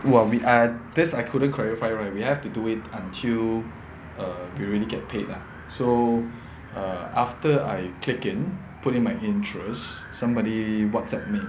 !wah! we I this I couldn't clarify right we have to do it until err we really get paid ah so err after I click in put in my interest somebody whatsapp me